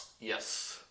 Yes